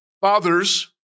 Fathers